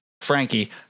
Frankie